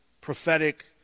prophetic